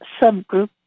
subgroup